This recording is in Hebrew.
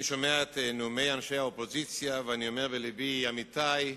אני שומע את נאומי אנשי האופוזיציה ואני אומר בלבי: עמיתי,